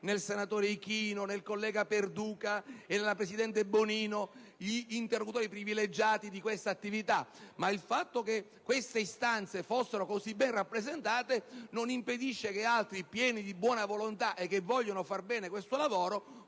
nel senatore Ichino, nel collega Perduca e nella presidente Bonino gli interlocutori privilegiati di questa attività; ma il fatto che queste istanze fossero così ben rappresentate, non impedisce che altri, pieni di buona volontà ed intenzionati a far bene questo lavoro,